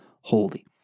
holy